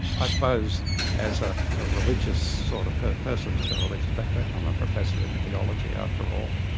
i suppose as ah a religious sort of person with a religious background, i'm a professor in theology after all,